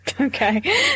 Okay